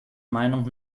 meinung